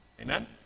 Amen